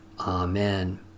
Amen